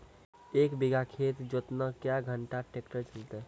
एक बीघा खेत जोतना क्या घंटा ट्रैक्टर चलते?